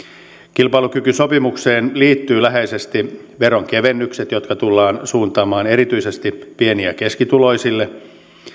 kilpailukykysopimukseen liittyvät läheisesti veronkevennykset jotka tullaan suuntaamaan erityisesti pieni ja keskituloisille